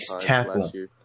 tackle